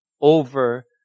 over